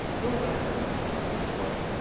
little diamond, answered the boy.